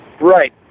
Right